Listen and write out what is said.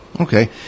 Okay